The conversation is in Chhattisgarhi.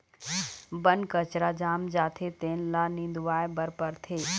बन कचरा जाम जाथे तेन ल निंदवाए बर परथे